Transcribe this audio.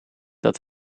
dat